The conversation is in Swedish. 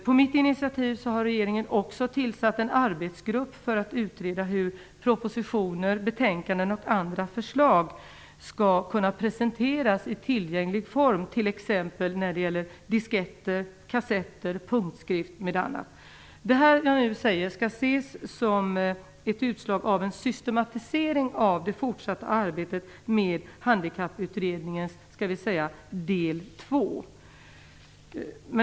På mitt initiativ har regeringen också tillsatt en arbetsgrupp för att utreda hur propositioner, betänkanden och andra förslag skall kunna presenteras i tillgänglig form, t.ex. när det gäller disketter, kassetter och punktskrift. Det jag nu pratar om skall ses som ett utslag av en systematisering av det fortsatta arbetet med vad man kan kalla Handikapputredningens del 2.